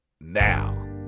now